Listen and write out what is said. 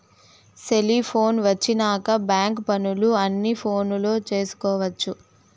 cellphone వచ్చినాక bank పనులు అన్ని ఫోనులో చేసుకొవచ్చు